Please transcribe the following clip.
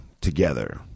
together